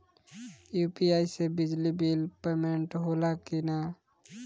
UPI से बिजली bill payment होला कि न?